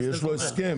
כי יש לו הסכם.